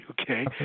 okay